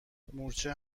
مورچه